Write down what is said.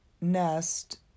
nest